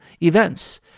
events